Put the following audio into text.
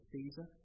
Caesar